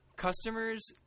customers